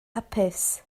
hapus